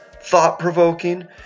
thought-provoking